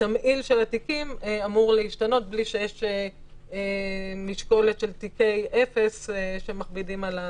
התמהיל של התיקים אמור להשתנות בלי שיש משקולת של תיקי אפס שמכבידים.